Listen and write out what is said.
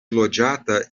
loĝata